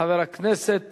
חבר הכנסת